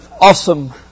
awesome